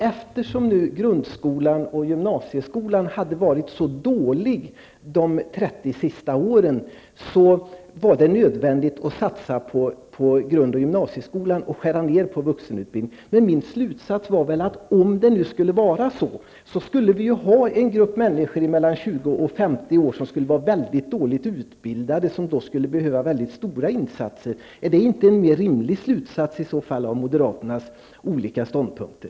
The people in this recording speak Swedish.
Eftersom grundskolan och gymnasieskolan har varit så dåliga under de senaste 30 åren, är det nu nödvändigt att satsa på grundoch gymnasieskolan och att skära ned på vuxenutbildningen. Min slutsats är att om det skulle vara så, skulle vi ha en grupp människor mellan 20 och 50 år som är mycket dåligt utbildade och som skulle behöva mycket stora insatser. Är det inte en mera rimlig slutsats av moderaternas olika ståndpunkter.